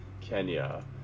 Kenya